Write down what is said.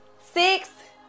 six